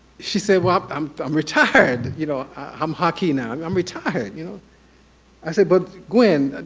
she said, well i'm i'm retired. you know i'm hockey now. and i'm retired you know i said, but gwen,